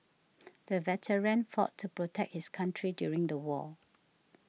the veteran fought to protect his country during the war